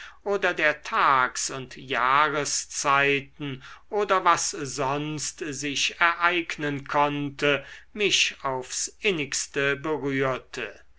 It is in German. oder der tags und jahreszeiten oder was sonst sich ereignen konnte mich aufs innigste berührte